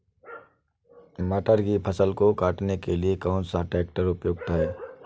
मटर की फसल को काटने के लिए कौन सा ट्रैक्टर उपयुक्त है?